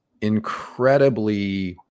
incredibly